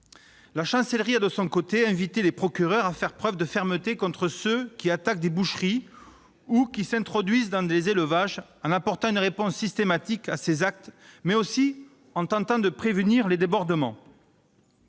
La chancellerie a, de son côté, invité les procureurs à faire preuve de fermeté contre ceux qui attaquent des boucheries ou qui s'introduisent dans des élevages, en apportant une réponse systématique à ces actes, mais aussi en tentant de prévenir les débordements.